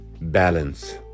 balance